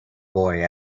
boy